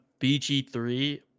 BG3